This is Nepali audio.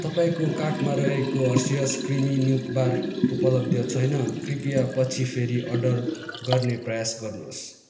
तपाईँको कार्टमा रहेको हर्सेस क्रिमी मिल्क बार उपलब्ध छैन कृपया पछि फेरि अर्डर गर्ने प्रयास गर्नुहोस्